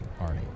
Arnie